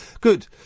Good